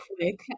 quick